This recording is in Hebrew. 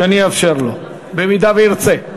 ואני אאפשר לו אם ירצה.